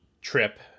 trip